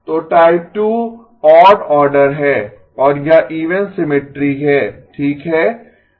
तो type 2 odd order है और यह इवन सिमिट्री है ठीक है